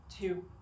two